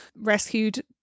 rescued